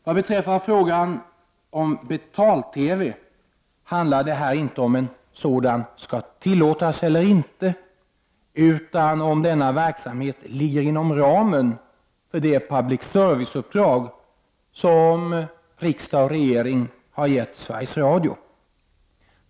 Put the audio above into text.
Vad beträffar frågan om betal-TV handlar det här inte om huruvida en sådan skall tillåtas eller inte, utan om huruvida denna verksamhet ligger inom ramen för det public service-uppdrag som riksdag och regering har givit Sveriges Radio.